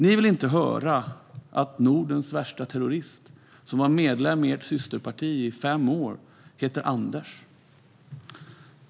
Ni vill inte höra att Nordens värsta terrorist, som var medlem i ert systerparti i fem år, heter Anders.